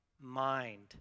mind